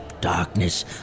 darkness